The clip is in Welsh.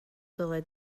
dylai